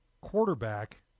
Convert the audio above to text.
quarterback